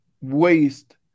waste